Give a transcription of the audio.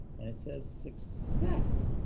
and it says, success!